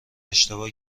اشتباه